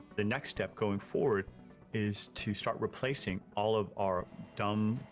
the next step going forward is to start replacing all of our dumb,